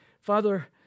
Father